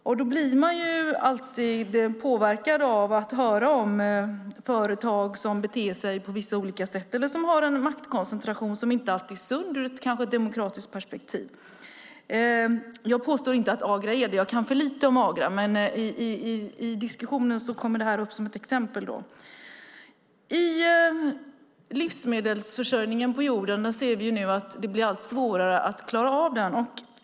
Man blir alltid påverkad av att höra om företag som beter sig på vissa olika sätt eller som har en maktkoncentration som inte alltid är sund ur ett demokratiskt perspektiv. Jag påstår inte att detta är fallet med Agra; jag kan för lite om Agra. Men i diskussionen kommer det här upp som ett exempel. Vi ser nu att det blir allt svårare att klara av livsmedelsförsörjningen på jorden.